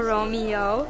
Romeo